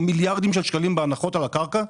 מיליארדים של שקלים בהנחות על הקרקע,